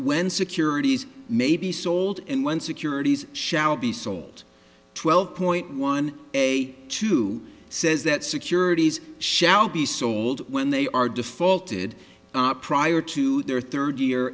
when securities may be sold and when securities shall be sold twelve point one a two says that securities shall be sold when they are defaulted prior to their third year